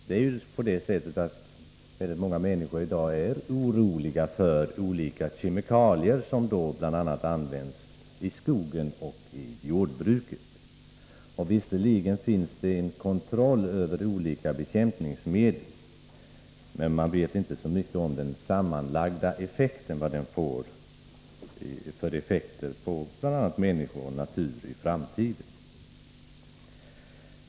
Många människor är i dag oroliga för den användning av olika kemikalier som förekommer bl.a. i skogen och i jordbruket. Visserligen utövas en kontroll över de olika bekämpningsmedlens användning, men man vet inte så mycket om den sammanlagda effekten av denna på bl.a. människor och natur i framtiden.